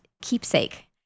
keepsake